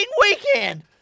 weekend